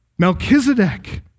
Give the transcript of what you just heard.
Melchizedek